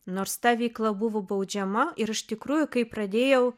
nors ta veikla buvo baudžiama ir iš tikrųjų kai pradėjau